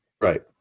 Right